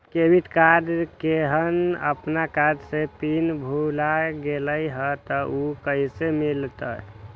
Credit card केहन अपन card के पिन भुला गेलि ह त उ कईसे मिलत?